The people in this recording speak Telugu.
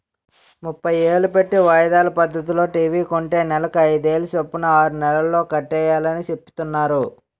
ముప్పై ఏలు పెట్టి వాయిదాల పద్దతిలో టీ.వి కొంటే నెలకి అయిదేలు సొప్పున ఆరు నెలల్లో కట్టియాలని సెప్తున్నారు